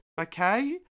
Okay